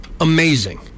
amazing